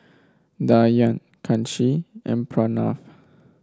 Dhyan Kanshi and Pranav